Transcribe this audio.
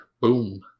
Boom